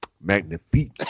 magnifique